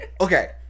Okay